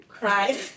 cried